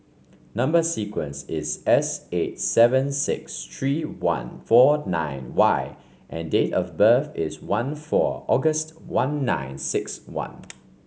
number sequence is S eight seven six three one four nine Y and date of birth is one four August one nine six one